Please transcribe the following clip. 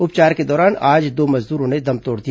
उपचार के दौरान आज दो मजदूरों ने दम तोड़ दिया